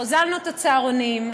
הוזלנו את הצהרונים.